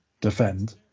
defend